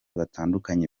batandukanye